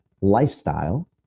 lifestyle